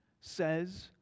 says